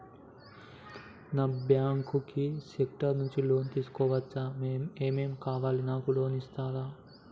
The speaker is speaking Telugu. నాకు బ్యాంకింగ్ సెక్టార్ నుంచి లోన్ తీసుకోవచ్చా? ఏమేం కావాలి? నాకు లోన్ ఇస్తారా?